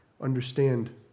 understand